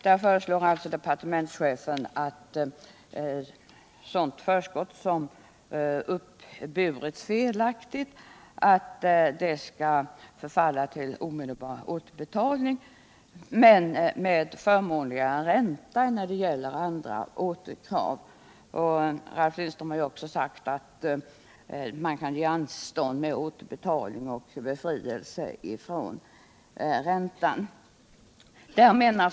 Där föreslår departementschefen att förskott som felaktigt uppburits skall förfalla till omedelbar återbetalning men med förmånligare ränta än för andra återkrav. Han föreslår också att anstånd med återbetalning bör kunna beviljas liksom befrielse från ränta.